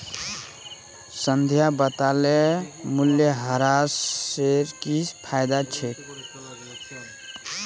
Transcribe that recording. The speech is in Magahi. संध्या बताले मूल्यह्रास स की फायदा छेक